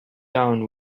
town